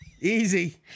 Easy